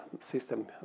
system